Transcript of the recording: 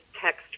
text